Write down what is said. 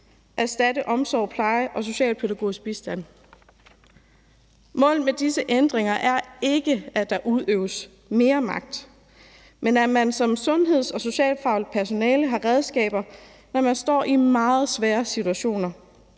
erstatte omsorg, pleje og specialpædagogisk bistand. Målet med disse ændringer er ikke, at der udøves mere magt, men at man som sundheds- og socialfagligt personale har redskaber, når man står i meget svære situationer,